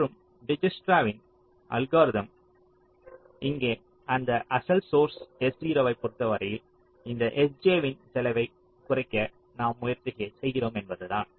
மற்றும் டிஜ்க்ஸ்ட்ராவின் அல்காரிதம் இங்கே அந்த அசல் சோர்ஸ் s0 ஐ பொறுத்தவரையில் இந்த sj வின் செலவை குறைக்க நாம் முயற்சி செய்கிறோம் என்பதுதான்